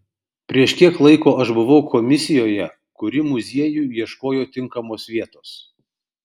prieš kiek laiko aš buvau komisijoje kuri muziejui ieškojo tinkamos vietos